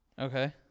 okay